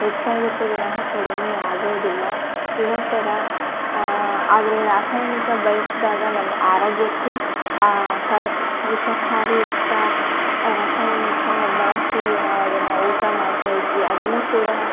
ಹೆಚ್ಚಾಗುತ್ತೆ ವಿನಃ ಕಡಿಮೆ ಆಗೋದಿಲ್ಲ ಇದೇ ಥರ ಆದರೆ ರಾಸಾಯನಿಕ ಬಳಸಿದಾಗ ನಮ್ಮ ಆರೋಗ್ಯಕ್ಕೂ ಆ ಕ ವಿಷಕಾರಿಯುಕ್ತ ರಾಸಾಯನಿಕ ಬಳಸಿ ನಾವು ಅದನ್ನು ಊಟ ಮಾಡ್ತಾಯಿದ್ವಿ ಅದನ್ನು ಕೂಡ